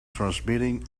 transmitting